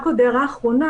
הערה אחרונה